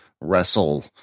wrestle